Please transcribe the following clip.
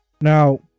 Now